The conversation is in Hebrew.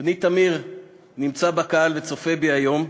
בני תמיר נמצא בקהל וצופה בי היום.